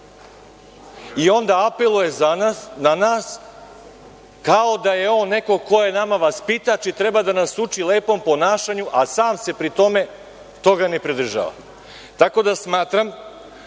i onda apeluje na nas kao da je on neko ko je nama vaspitač i treba da nas uči lepom ponašanju, a sam se pri tome toga ne pridržava. Tako da, smatram